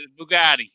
Bugatti